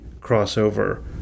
crossover